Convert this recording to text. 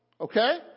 Okay